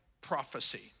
prophecy